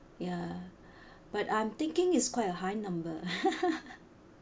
ya but I'm thinking is quite a high number